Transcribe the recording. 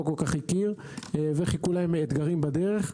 לא כל כך הכיר וחיכו להם אתגרים בדרך.